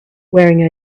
wearing